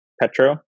Petro